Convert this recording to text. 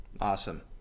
Awesome